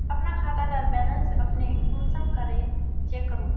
अपना खाता डार बैलेंस अपने कुंसम करे चेक करूम?